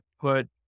put